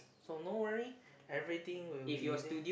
so no worry everything will be there